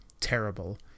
terrible